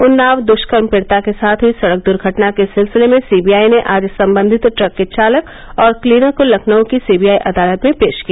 उन्नाव दुष्कर्म पीड़िता के साथ हुई सड़क दुर्घटना के सिलसिले में सीबीआई ने आज संबंधित ट्रक के चालक और क्लीनर को लखनऊ की सीबीआई अदालत में पेश किया